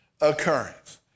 occurrence